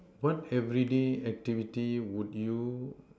what everyday activity would you